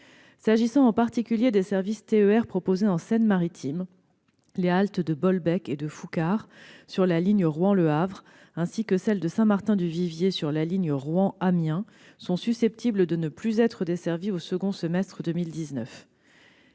S'agissant en particulier des services TER proposés en Seine-Maritime, les haltes de Bolbec et de Foucart sur la ligne Rouen-Le Havre, ainsi que celle de Saint-Martin-du-Vivier sur la ligne Rouen-Amiens, sont susceptibles de ne plus être desservies au second semestre 2019.